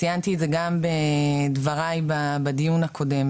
ציינתי את זה גם בדבריי בדיון הקודם,